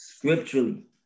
Scripturally